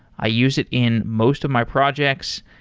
i use it in most of my projects.